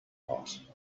lot